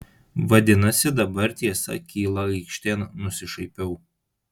vadinasi dabar tiesa kyla aikštėn nusišaipiau